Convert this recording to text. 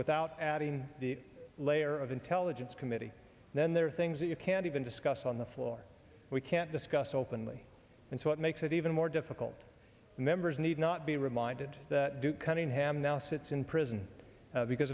without adding the layer of intelligence committee then there are things that you can't even discuss on the floor we can't discuss openly and so it makes it even more difficult members need not be reminded that duke cunningham now sits in prison because